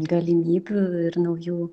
galimybių ir naujų